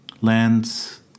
lands